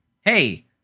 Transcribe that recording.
hey